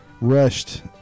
rushed